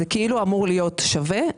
זה כאילו אמור להיות שווה,